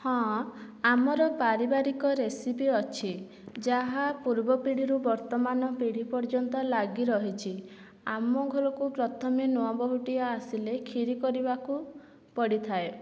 ହଁ ଆମର ପାରିବାରିକ ରେସିପି ଅଛି ଯାହା ପୂର୍ବ ପିଢ଼ୀରୁ ବର୍ତ୍ତମାନ ପିଢ଼ୀ ପର୍ଯ୍ୟନ୍ତ ଲାଗି ରହିଛି ଆମ ଘରକୁ ପ୍ରଥମେ ନୂଆ ବୋହୁଟିଏ ଆସିଲେ କ୍ଷିରି କରିବାକୁ ପଡ଼ିଥାଏ